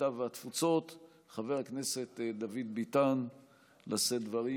הקליטה והתפוצות חבר הכנסת דוד ביטן לשאת דברים.